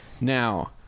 Now